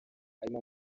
harimo